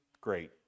Great